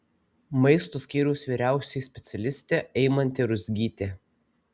maisto skyriaus vyriausioji specialistė eimantė ruzgytė